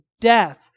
death